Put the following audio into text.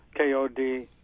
KOD